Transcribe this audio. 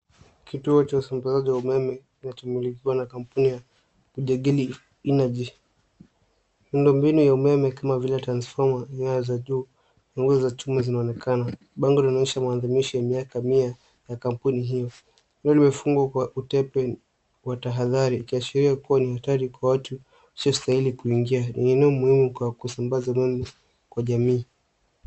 Kituo cha usambazaji wa umeme kinachomilikiwa na kampuni ya Kujagili Energy. Miundombinu ya umeme kama vile transfoma, nyaya za juu na ngo za chuma zinaonekana. Bango linaonyesha maadhimisho ya miaka mia ya kampuni hii. Ngo limefungwa kwa utepe wa tahadhari ikiashiria kuwa ni hatari kwa watu wasiostahili kuingia. Ni eneo muhimu kwa kusambaza umeme kwa jamii.